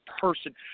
person